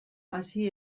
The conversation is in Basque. hasi